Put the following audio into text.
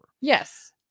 Yes